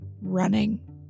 running